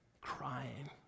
crying